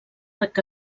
arc